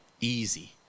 easy